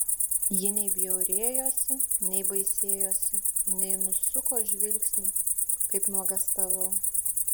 ji nei bjaurėjosi nei baisėjosi nei nusuko žvilgsnį kaip nuogąstavau